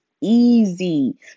easy